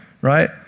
right